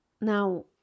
Now